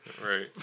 Right